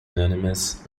anonymous